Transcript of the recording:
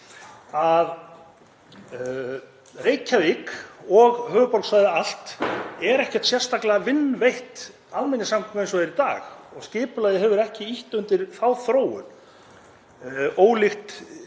að Reykjavík og höfuðborgarsvæðið allt eru ekkert sérstaklega vinveitt almenningssamgöngum eins og það er í dag og skipulagið hefur ekki ýtt undir þá þróun, ólíkt